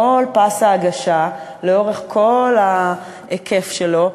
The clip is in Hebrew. כל פס ההגשה לאורך כל ההיקף שלו,